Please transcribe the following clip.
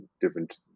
different